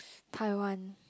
Taiwan